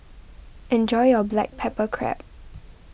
enjoy your Black Pepper Crab